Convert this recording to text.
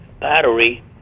battery